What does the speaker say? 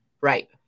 Right